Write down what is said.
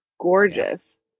gorgeous